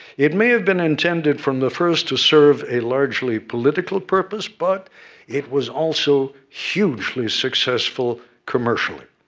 it may have been intended, from the first, to serve a largely political purpose, but it was also hugely successful, commercially.